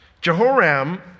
Jehoram